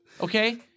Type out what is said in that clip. Okay